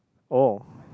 oh